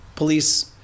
Police